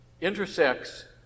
intersects